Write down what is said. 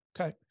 Okay